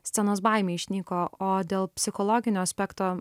scenos baimė išnyko o dėl psichologinio aspekto